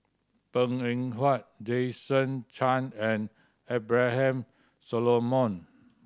Png Eng Huat Jason Chan and Abraham Solomon